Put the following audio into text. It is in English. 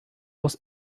was